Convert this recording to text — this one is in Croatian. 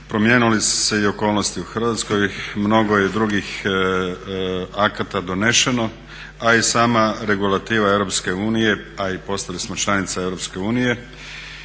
promijenile su se i okolnosti u Hrvatskoj, mnogo je drugih akata doneseno, a i sama regulativa Europske unije, a i postali smo članica